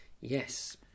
Yes